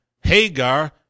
Hagar